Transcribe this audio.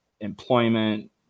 employment